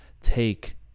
take